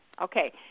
Okay